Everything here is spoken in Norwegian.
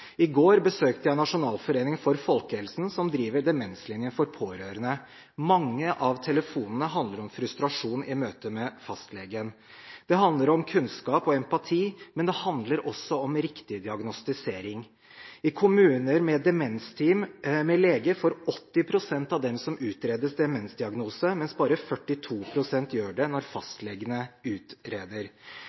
I går besøkte jeg Nasjonalforeningen for folkehelsen, som driver Demenslinjen for pårørende. Mange av telefonene handler om frustrasjon i møte med fastlegen. Det handler om kunnskap og empati, men det handler også om riktig diagnostisering. I kommuner med demensteam med lege får 80 pst. av dem som utredes, demensdiagnose, mens bare 42 pst. gjør det når fastlegene utreder.